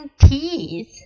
teeth